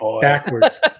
Backwards